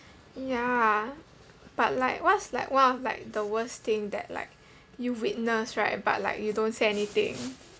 ya but like what's like one of like the worst thing that like you witnessed right but like you don't say anything